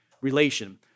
relation